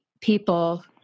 people